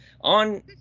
on